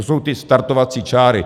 To jsou ty startovací čáry.